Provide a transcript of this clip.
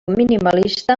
minimalista